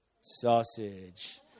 sausage